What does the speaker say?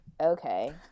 okay